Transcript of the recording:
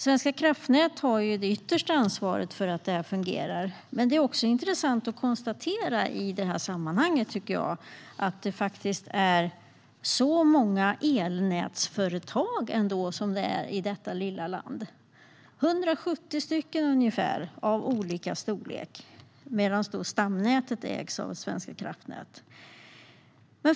Svenska kraftnät har det yttersta ansvaret för att det här fungerar. Det är intressant att konstatera i det här sammanhanget, tycker jag, att det är så många elnätsföretag som det ändå är i detta lilla land. Det är ungefär 170 elnätsföretag av olika storlek. Stamnätet ägs dock av Svenska kraftnät.